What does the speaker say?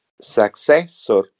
successor